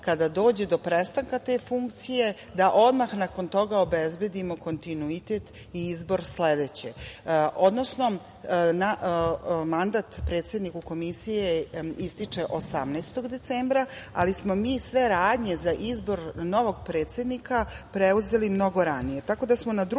kada dođe do prestanka te funkcije da odmah nakon toga obezbedimo kontinuitet i izbor sledeće, odnosno mandat predsedniku Komisije ističe 18. decembra, ali smo mi sve radnje za izbor novog predsednika preuzeli mnogo ranije,